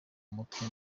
mutwe